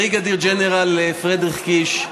בריגדיר ג'נרל פרדריך קיש,